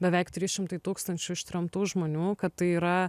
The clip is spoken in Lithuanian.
beveik trys šimtai tūkstančių ištremtų žmonių kad tai yra